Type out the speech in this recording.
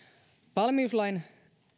valmiuslain